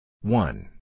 One